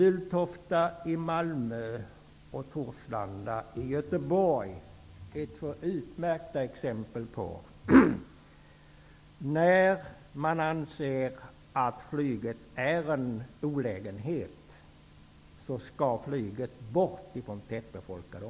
Bulltofta i Malmö och Torslanda i Göteborg är två utmärkta exempel på att flyget skall bort från tätbefolkade områden när man anser att det är en olägenhet.